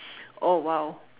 oh !wow!